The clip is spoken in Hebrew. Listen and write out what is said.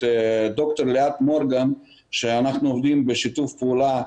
ד"ר ליאת מורגן שאנחנו עובדים בשיתוף פעולה